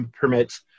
permits